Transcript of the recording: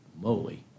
moly